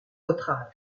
votre